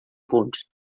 punts